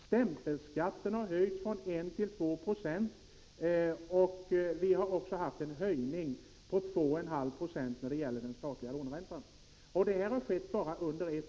Stämpelskatten har också höjts, från 1 till 2 20 och den statliga låneräntan har höjts med 2,5 96. På ett år har allt detta hunnit ske.